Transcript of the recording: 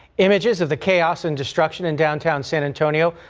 images of the chaos and destruction in downtown san antonio.